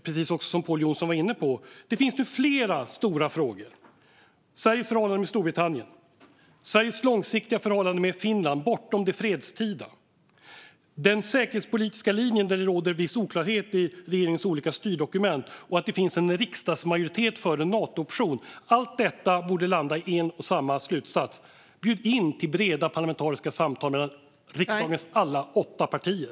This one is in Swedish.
Precis som Pål Jonson var inne på finns det nu flera stora frågor: Sveriges förhållande till Storbritannien, Sveriges långsiktiga förhållande till Finland bortom det fredstida, den säkerhetspolitiska linjen, där det råder viss oklarhet i regeringens olika styrdokument, och en Nato-option, som det finns en riksdagsmajoritet för. Allt detta borde landa i en och samma slutsats: Bjud in till breda parlamentariska samtal mellan riksdagens alla åtta partier!